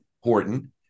Horton